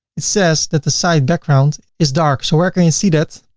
it says that the site background is dark. so where can you see that?